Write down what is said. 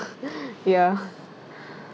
ya